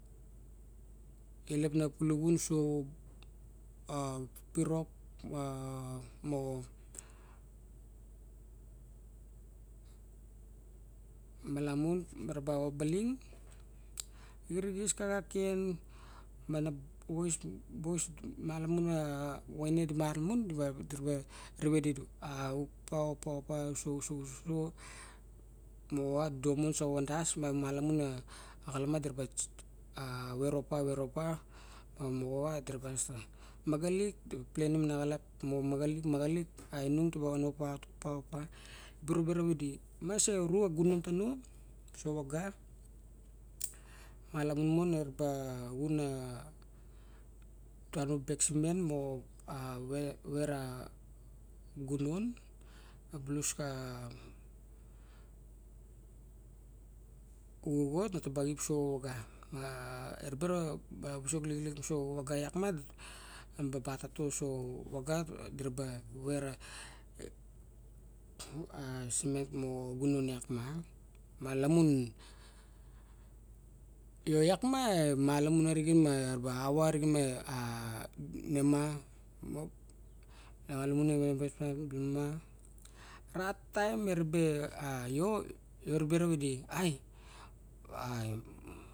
Elep nabu vuluvun so xa virok ma mo malamun ma ra obaling xirigis xa axen malamun vaine di malamun moxowa domon sava das, malamun ana xalap ma dira ba vero pa, vero pa moxowa dira ba magalik dira ba planim naxalap magalik magalik a inom taba vero pa opa bu ribe ravidi ma so ru a gunan tano so avaga malamun era ba xun a dura na bek simen moxa vera gunom bulus xa xuxo nataba xip so avagar, a eri be a visok lixilik muso avaga dira ba vera simen moxo gunon iak ma, malamun io iak ma malamun arigen. era ba ava arigen nema ra taem ereba a io ai.